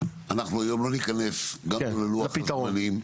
אנחנו היום לא נכנס גם בגלל לוח זמנים,